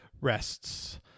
rests